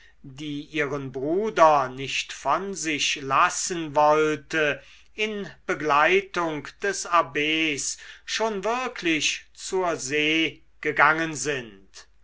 die ihren bruder nicht von sich lassen wollte in begleitung des abbs schon wirklich zur see gegangen sind